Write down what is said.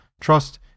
trust